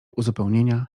uzupełnienia